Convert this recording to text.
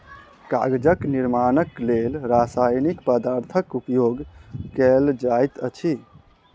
कागजक निर्माणक लेल रासायनिक पदार्थक उपयोग कयल जाइत अछि